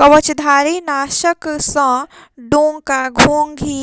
कवचधारीनाशक सॅ डोका, घोंघी,